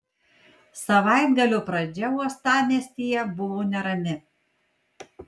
savaitgalio pradžia uostamiestyje buvo nerami